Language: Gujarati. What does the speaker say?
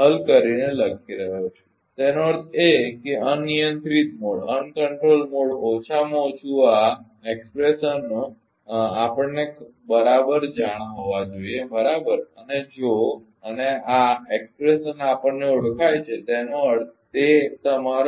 હલ કરીને લખી રહ્યો છું તેનો અર્થ એ કે અનિયંત્રિત મોડ ઓછામાં ઓછું આ અભિવ્યક્તિઓ આપણને બરાબર જાણ હોવા જોઇએ બરાબર અને જો અને આ અભિવ્યક્તિ આપણને ઓળખાય છે તેનો અર્થ છે કે તે તમારો